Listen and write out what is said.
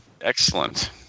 Excellent